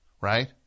Right